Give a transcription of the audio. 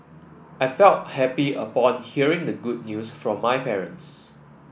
I felt happy upon hearing the good news from my parents